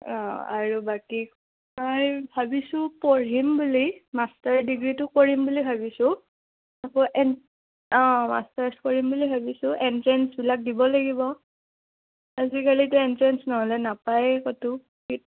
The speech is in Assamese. অঁ আৰু বাকী মই ভাবিছোঁ পঢ়িম বুলি মাষ্টাৰ ডিগ্ৰীটো কৰিম বুলি ভাবিছোঁ আকৌ এ অঁ মাষ্টাৰ্ছ কৰিম বুলি ভাবিছোঁ এনট্ৰেঞ্চবিলাক দিব লাগিব আজিকালিতিতো এনট্ৰেঞ্চ নহ'লে নাপায়েই ক'তো